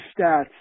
stats